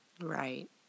Right